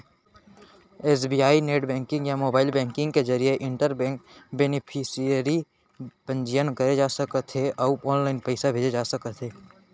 SBI net banking या mobile banking के जरिए इंटर बेंक बेनिफिसियरी पंजीयन करे जा सकत हे अउ ऑनलाइन पइसा भेजे जा सकत हे